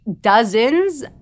dozens